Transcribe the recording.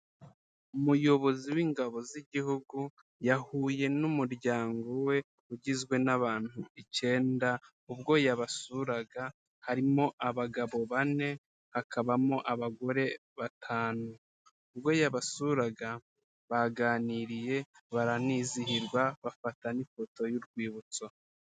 Umuyobozi w'Ingabo z'Igihugu yahuye n'umuryango we ugizwe n'abantu icyenda ubwo yabasuraga, harimo abagabo bane hakabamo abagore batanu, ubwo yabasuraga baganiriye baranizihirwa bafata n'ifoto y'urwibutso.